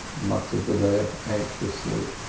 muttered the reb anxiously.